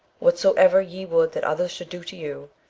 whatsoever ye would that others should do to you,